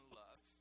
love